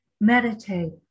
meditate